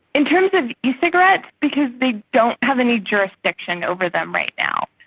in terms of ecigarettes, because they don't have any jurisdiction over them right now.